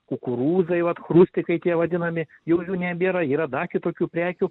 kukurūzai vat chrustikai tie vadinami jau jų nebėra yra dar kitokių prekių